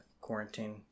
quarantine